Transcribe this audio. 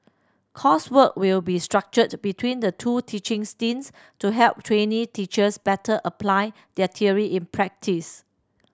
coursework will be structured between the two teaching stints to help trainee teachers better apply their theory in practice